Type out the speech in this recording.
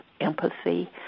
empathy